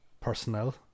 personnel